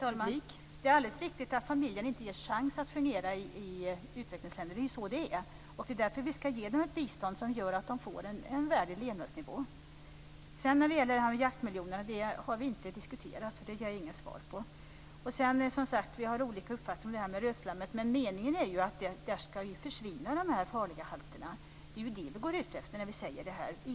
Fru talman! Det är alldeles riktigt att familjen inte ges chans att fungera i utvecklingsländer. Det är ju så det är. Det är därför vi skall ge dem ett bistånd som gör att de får en värdig levnadsnivå. Jaktmiljonerna har vi inte diskuterat, så det ger jag inget svar på. Vi har som sagt olika uppfattning om rötslammet. Men meningen är ju att de farliga halterna skall försvinna. Det är ju det vi är ute efter när vi säger detta.